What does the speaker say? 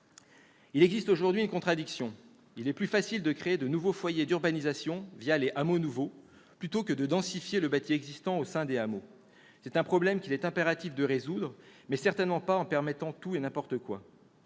Il existe aujourd'hui une contradiction : il est plus facile de créer de nouveaux foyers d'urbanisation les « hameaux nouveaux » plutôt que de densifier le bâti existant au sein des hameaux. C'est un problème qu'il est impératif de résoudre, mais certainement pas en permettant tout et n'importe quoi.